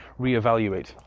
reevaluate